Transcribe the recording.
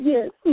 Yes